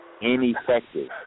ineffective